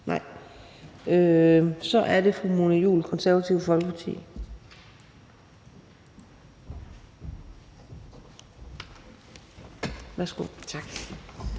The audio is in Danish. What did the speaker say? Nej. Så er det fru Mona Juul, Det Konservative Folkeparti. Værsgo. Kl.